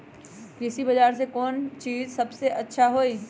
कृषि बजार में कौन चीज सबसे अच्छा होई?